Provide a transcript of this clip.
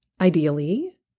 ideally